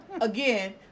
again